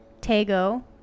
Tego